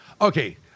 Okay